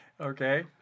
Okay